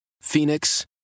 Phoenix